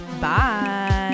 Bye